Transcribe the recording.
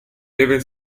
debe